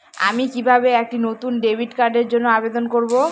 আমি কিভাবে একটি নতুন ডেবিট কার্ডের জন্য আবেদন করব?